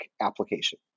application